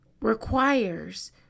requires